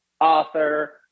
author